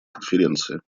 конференции